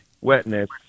wetness